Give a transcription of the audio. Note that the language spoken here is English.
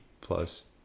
plus